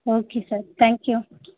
okay sir thank you